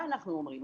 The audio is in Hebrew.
מה אנחנו אומרים?